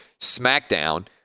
SmackDown